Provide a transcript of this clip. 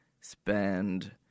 spend